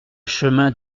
chemin